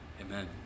Amen